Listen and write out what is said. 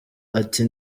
ati